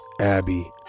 Abby